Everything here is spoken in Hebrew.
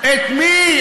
את מי?